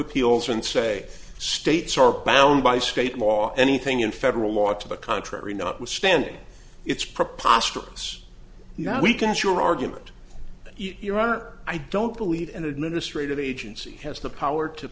appeals and say states are bound by state law anything in federal law to the contrary notwithstanding it's preposterous now we can see your argument your honor i don't believe an administrative agency has the power to